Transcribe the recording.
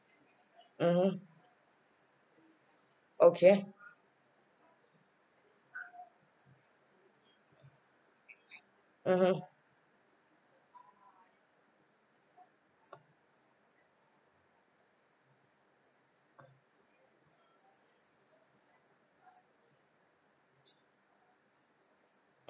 mmhmm okay mmhmm